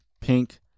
pink